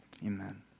Amen